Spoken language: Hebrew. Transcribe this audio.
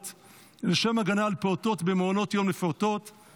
לא חייבים להגיב לכל דבר.